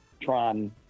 Tron